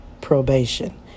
probation